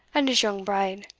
and his young bride.